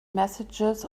messages